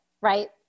right